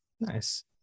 Nice